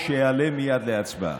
החוק שיעלה מייד להצבעה.